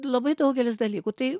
labai daugelis dalykų tai